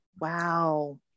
wow